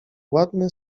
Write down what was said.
ładne